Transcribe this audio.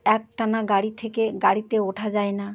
এক টানা গাড়ি থেকে গাড়িতে ওঠা যায় না